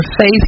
faith